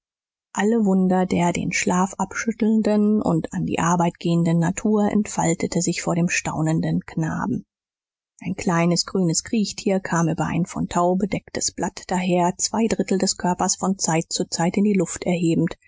alle wunder der den schlaf abschüttelnden und an die arbeit gehenden natur entfalteten sich vor dem staunenden knaben ein kleines grünes kriechtier kam über ein von tau bedecktes blatt daher zwei drittel des körpers von zeit zu zeit in die luft erhebend